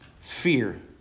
Fear